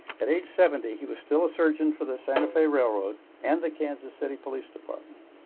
at age seventy, he was still a surgeon for the santa fe railroad and the kansas city police department.